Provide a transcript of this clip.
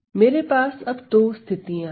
मेरे पास अब दो स्थितियां है